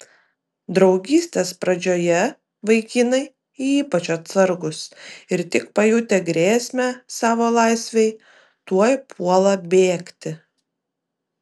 draugystės pradžioje vaikinai ypač atsargūs ir tik pajutę grėsmę savo laisvei tuoj puola bėgti